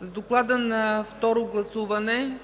С доклада за второ гласуване